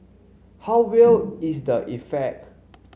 how real is the effect